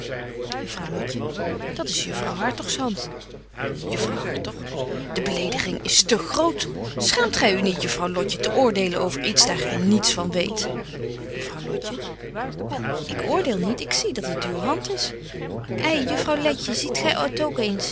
dat is juffrouw hartogs hand juffrouw hartog die belediging is te groot schaamt gy u niet juffrouw lotje te oordelen over iets daar gy niets van weet juffrouw lotje wel ik oordeel niet ik zie dat het uw hand is ei juffrouw letj ziet gy